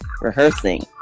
rehearsing